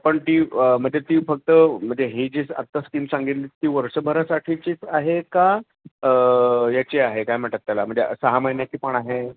पण ती म्हणजे ती फक्त म्हणजे ही जी आत्ता स्कीम सांगितली ती वर्षभरासाठीचीच आहे का याची आहे काय म्हणतात त्याला म्हणजे सहा महिन्याची पण आहे